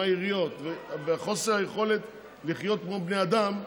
עם היריות וחוסר היכולת לחיות כמו בני אדם ביישוב,